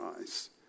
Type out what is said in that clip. eyes